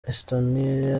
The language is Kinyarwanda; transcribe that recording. estonia